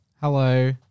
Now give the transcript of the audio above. Hello